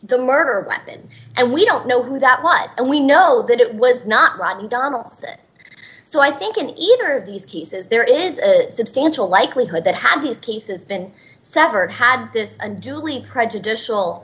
the murder weapon and we don't know who that was and we know that it was not rotten donal's it so i think in either of these cases there is a substantial likelihood that had these cases been severed had this unduly prejudicial